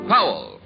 Powell